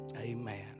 Amen